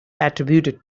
attributed